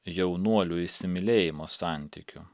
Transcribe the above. jaunuolių įsimylėjimo santykiu